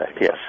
yes